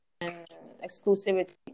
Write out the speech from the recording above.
exclusivity